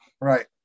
Right